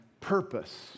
purpose